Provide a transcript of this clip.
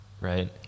Right